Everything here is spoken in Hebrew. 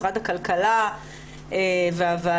משרד הכלכלה והוועדה,